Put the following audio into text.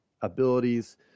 abilities